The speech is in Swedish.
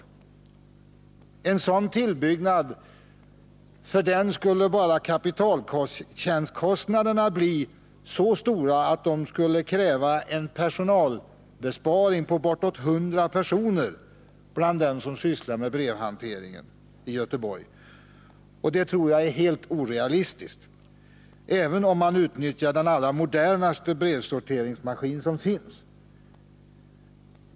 För en sådan tillbyggnad skulle bara kapitaltjänstkostnaderna bli så stora att det skulle krävas en personalbesparing på bortåt 100 personer bland dem som sysslar med brevhanteringen i Göteborg. Det tror jag är helt orealistiskt, även om man utnyttjar den allra modernaste brevsorteringsmaskin som finns.